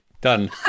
Done